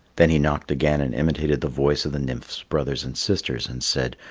then he knocked again and imitated the voice of the nymph's brothers and sisters, and said,